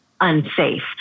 unsafe